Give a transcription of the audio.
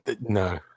No